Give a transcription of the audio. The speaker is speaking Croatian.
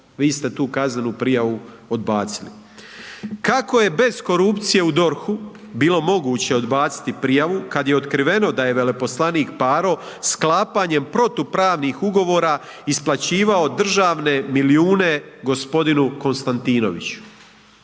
Vi ste tu kaznenu prijavu odbacili. Kako je bez korupcije u DORH-u bilo moguće odbaciti prijavu kada je otkriveno da je veleposlanik Paro sklapanjem protupravnih ugovora isplaćivao državne milijune gospodinu Konstantinoviću?